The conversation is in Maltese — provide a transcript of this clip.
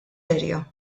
area